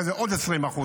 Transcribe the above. אחרי זה עוד 20%,